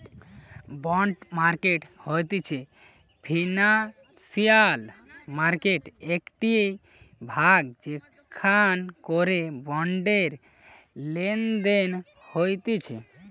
bond market হতিছে financial মার্কেটের একটিই ভাগ যেখান করে বন্ডের লেনদেন হতিছে